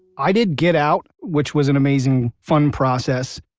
i did get out, which was an amazing, fun process.